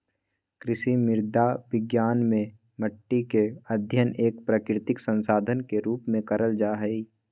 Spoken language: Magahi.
कृषि मृदा विज्ञान मे मट्टी के अध्ययन एक प्राकृतिक संसाधन के रुप में करल जा हई